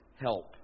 help